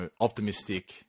optimistic